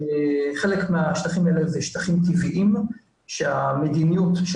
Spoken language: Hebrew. חלק מהשטחים האלה זה שטחים טבעיים שהמדיניות של